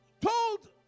told